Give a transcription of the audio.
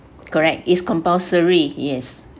correct is compulsory yes